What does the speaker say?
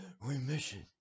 remission